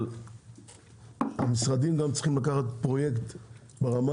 אבל המשרדים גם צריכים לקחת פרויקט ברמה